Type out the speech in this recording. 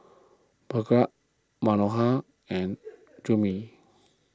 Bhagat Manohar and Gurmeet